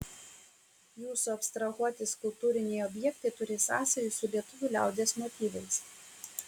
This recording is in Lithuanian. jūsų abstrahuoti skulptūriniai objektai turi sąsajų su lietuvių liaudies motyvais